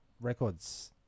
records